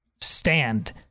stand